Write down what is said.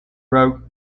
broke